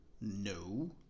No